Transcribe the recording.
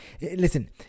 Listen